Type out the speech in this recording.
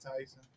Tyson